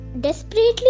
desperately